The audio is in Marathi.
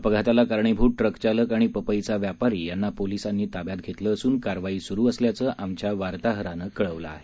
अपघाताला कारणीभूत ट्रकचालक आणि पपईचा व्यापारी यांना पोलिसांनी ताब्यात घेतलं असून कारवाई सुरु असल्याचं आमच्या वार्ताहरानं कळवलं आहे